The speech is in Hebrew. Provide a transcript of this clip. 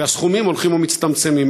והסכומים הולכים ומצטמצמים,